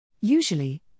Usually